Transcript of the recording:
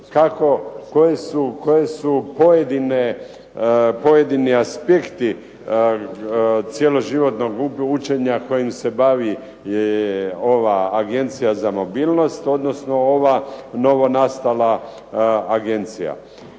koji su pojedini aspekti cjeloživotnog učenja kojim se bavi ova Agencija za mobilnost odnosno ova novonastala Agencija.